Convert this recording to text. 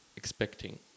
...expecting